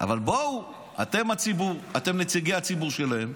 אבל בואו, אתם הציבור, אתם נציגי הציבור שלהם.